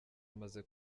amaze